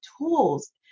tools